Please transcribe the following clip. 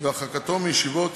והרחקתו מישיבות